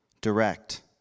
direct